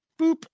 boop